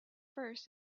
first